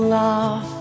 love